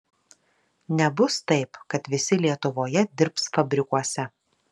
nebus taip kad visi lietuvoje dirbs fabrikuose